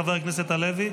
חבר הכנסת הלוי?